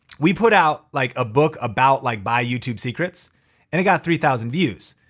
we put out like a book about like buy youtube secrets and it got three thousand views.